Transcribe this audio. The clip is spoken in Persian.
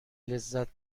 لذت